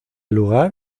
lugar